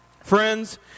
Friends